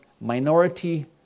minority